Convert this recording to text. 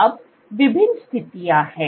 अब विभिन्न स्थितियां हैं